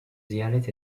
ziyaret